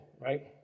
right